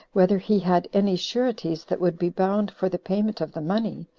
whether he had any sureties that would be bound for the payment of the money?